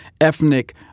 ethnic